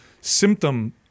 symptom